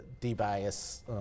de-bias